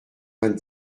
vingt